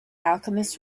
alchemist